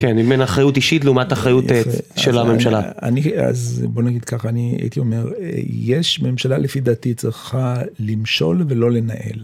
כן, עם מעין אחריות אישית לעומת אחריות של הממשלה. - אני, אז בוא נגיד ככה, אני הייתי אומר, יש ממשלה, לפי דעתי, צריכה למשול ולא לנהל.